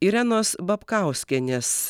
irenos babkauskienės